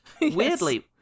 Weirdly